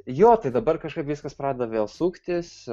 jo tai dabar kažkaip viskas pradeda vėl suktis